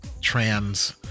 trans